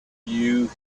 you